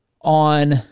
on